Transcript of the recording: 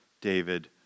David